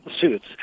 suits